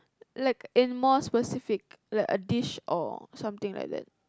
like in more specific like a dish or something like that